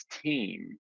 team